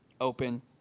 open